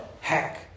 hack